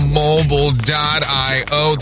mobile.io